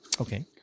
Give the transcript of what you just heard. Okay